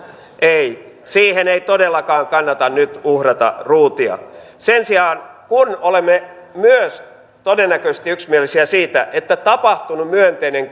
ei siihen ei todellakaan kannata nyt uhrata ruutia sen sijaan kun olemme myös todennäköisesti yksimielisiä siitä että tapahtunut myönteinen